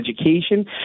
education